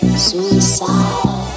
Suicide